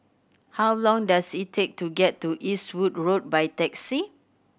how long does it take to get to Eastwood Road by taxi